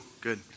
good